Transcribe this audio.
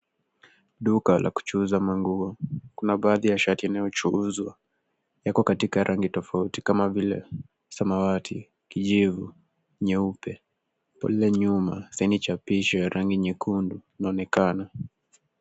Duka la kuchuuza manguo. Kuna baadhi ya shati inayochuuzwa. Yako katika rangi tofauti kama vile samawati, kijivu, nyeupe. Pale nyuma saini chapisho ya rangi nyekundu inaonekana.